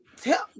tell